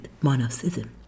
monotheism